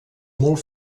molt